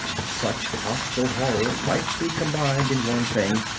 such hostile horrors might be combined in one thing,